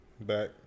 Back